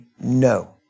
no